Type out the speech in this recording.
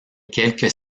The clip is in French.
quelques